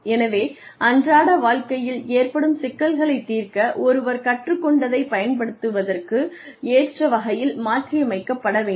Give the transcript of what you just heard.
எனவே அன்றாட வாழ்க்கையில் ஏற்படும் சிக்கல்களைத் தீர்க்க ஒருவர் கற்றுக் கொண்டதைப் பயன்படுத்துவதற்கு ஏற்ற வகையில் மாற்றியமைக்கப்பட வேண்டும்